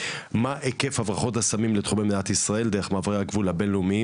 מה היקף הברחות הסמים לתחומי מדינת ישראל דרך מעברי הגבול הבינלאומיים,